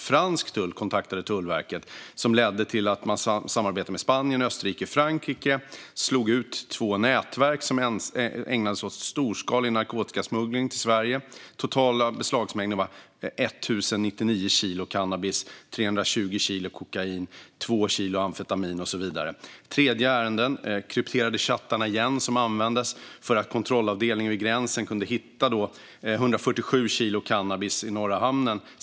Fransk tull kontaktade Tullverket, vilket ledde till att man samarbetade med Spanien, Österrike och Frankrike och slog ut två nätverk som ägnade sig åt storskalig narkotikasmuggling till Sverige. Den totala beslagsmängden var 1 099 kilo cannabis, 320 kilo kokain, 2 kilo amfetamin och så vidare. I ett tredje ärende användes de krypterade chattarna igen så att kontrollavdelningen vid gränsen kunde hitta 147 kilo cannabis i Norra hamnen.